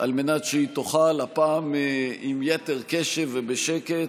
על מנת שהיא תוכל, הפעם עם יתר קשב ובשקט,